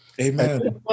Amen